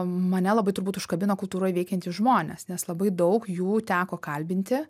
mane labai turbūt užkabino kultūroj veikiantys žmonės nes labai daug jų teko kalbinti